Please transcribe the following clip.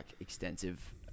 extensive